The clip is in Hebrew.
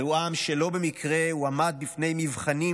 זהו עם שלא במקרה הועמד בפני מבחנים